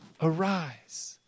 arise